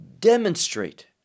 demonstrate